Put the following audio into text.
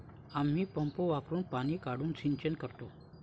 आम्ही पंप वापरुन पाणी काढून सिंचन करतो